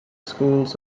schools